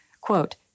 Quote